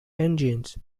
engines